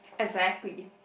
exactly